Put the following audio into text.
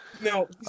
No